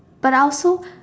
but I also